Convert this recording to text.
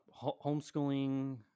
homeschooling